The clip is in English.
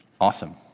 Awesome